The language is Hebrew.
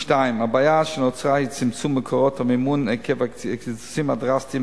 2. הבעיה שנוצרה היא צמצום מקורות המימון עקב הקיצוצים הדרסטיים